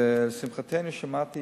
ולשמחתנו, שמעתי